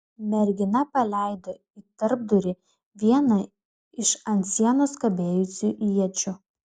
mergina paleido į tarpdurį vieną iš ant sienos kabėjusių iečių